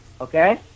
Okay